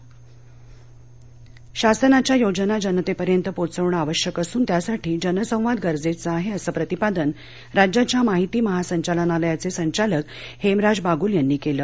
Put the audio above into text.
ध्वळे शासनाच्या योजना जनतेपर्यंत पोहचणे आवश्यक असून त्यासाठी जनसंवाद गरजेचा आहे असं प्रतिपादन राज्याच्या माहिती महासंचलानालयाचे संचालक हेमराज बागुल यांनी केलं